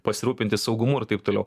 pasirūpinti saugumu ir taip toliau